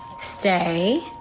stay